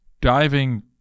Diving